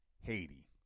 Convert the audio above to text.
Haiti